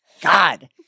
God